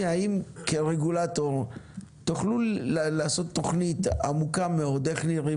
האם כרגולטור תוכלו לעשות תכנית עמוקה מאוד איך נראות